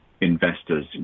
investors